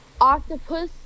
octopus